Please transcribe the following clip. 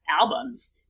albums